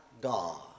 God